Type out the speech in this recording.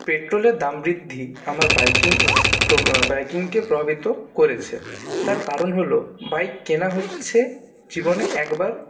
পেট্রোলের দাম বৃদ্ধি আমার বাইকিং এক্স বাইকিংকে প্রভাবিত করেছে তার কারণ হল বাইক কেনা হচ্ছে জীবনে একবার